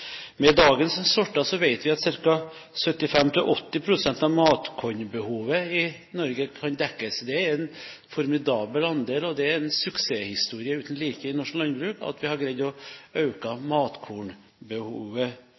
med forskning mv. Med dagens sorter vet vi at 75–80 pst. av matkornbehovet i Norge kan dekkes. Det er en formidabel andel, og det er en suksesshistorie uten like i norsk landbruk at vi har greid å